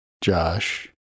Josh